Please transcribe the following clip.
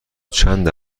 چند